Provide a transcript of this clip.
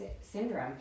syndrome